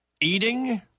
Eating